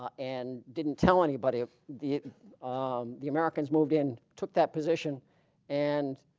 um and didn't tell anybody ah the um the americans moved in took that position and